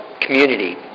Community